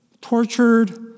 tortured